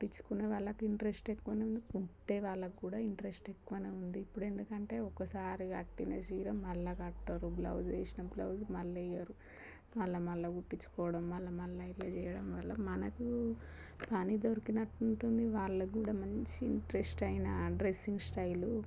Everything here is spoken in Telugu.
కుట్టించుకునే వాళ్ళకు ఇంట్రెస్ట్ ఎక్కువే ఉంది కుట్టేవాళ్ళకు కూడా ఇంట్రెస్ట్ ఎక్కువే ఉంది ఎందుకంటే ఒకసారి కట్టిన చీర మళ్ళీ కట్టరు బ్లౌజ్ వేసిన బ్లౌజ్ మళ్ళీ వెయ్యరు మళ్ళీ కుట్టించుకోవడం మళ్ళీ మళ్ళీ ఇలా చెయ్యడం మళ్ళీ మనకు పని దొరికినట్టుంటుంది వాళ్ళకు కూడా మంచి ఇంట్రెస్ట్ అయిన ఆ డ్రెస్సింగ్ స్టైలు